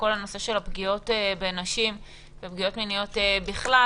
לכל נושא הפגיעות בנשים ופגיעות מיניות בכלל.